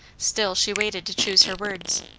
still she waited to choose her words.